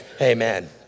Amen